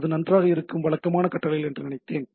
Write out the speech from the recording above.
அது நன்றாக இருக்கும் வழக்கமான கட்டளைகள் என்று நினைத்தேன்